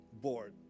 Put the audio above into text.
board